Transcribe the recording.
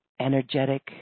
energetic